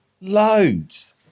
Loads